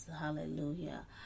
Hallelujah